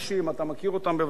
אדוני היושב-ראש,